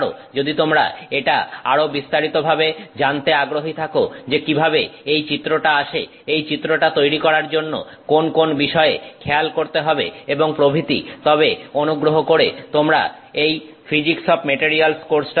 যদি তোমরা এটা আরও বিস্তারিত ভাবে জানতে আগ্রহী থাকো যে কিভাবে এই চিত্রটা আসে এই চিত্রটা তৈরি করার জন্য কোন কোন বিষয়ের খেয়াল করতে হয় এবং প্রভৃতি তবে অনুগ্রহ করে তোমরা এই ফিজিক্স অফ মেটারিয়ালস কোর্সটা দেখো